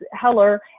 Heller